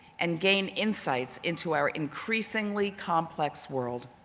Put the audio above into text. and gain insights into our increasingly complex world.